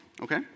okay